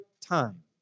time